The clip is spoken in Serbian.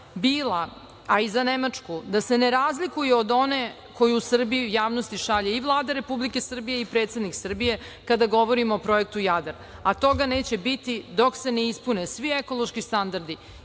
bila, a i za Nemačku, da e ne razlikuje od one koju u Srbiji i javnosti šalje i Vlada Republike Srbije i predsednik Srbije, kada govorimo o projektu „Jadar“, a toga neće biti dok se ne ispune svi ekološki standardi